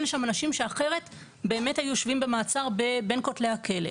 אנשים שאחרת היו יושבים במעצר בין כותלי הכלא.